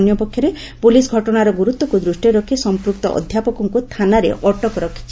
ଅନ୍ୟପକ୍ଷରେ ପୋଲିସ୍ ଘଟଣାର ଗୁରୁତ୍କୁ ଦୃଷ୍ଟିରେ ରଖ୍ ସଂପୃକ୍ତ ଅଧ୍ଧାପକଙ୍କୁ ଥାନାରେ ଅଟକ ରଖିଛି